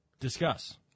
Discuss